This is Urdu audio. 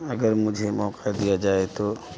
اگر مجھے موقع دیا جائے تو